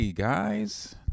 guys